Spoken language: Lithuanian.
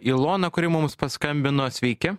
iloną kuri mums paskambino sveiki